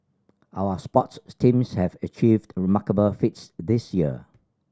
our sports teams have achieved remarkable feats this year